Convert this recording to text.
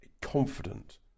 confident